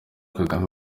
kagame